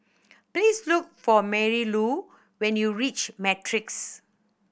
please look for Marylou when you reach Matrix